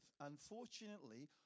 Unfortunately